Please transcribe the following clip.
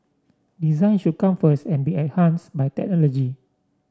design should come first and be enhanced by technology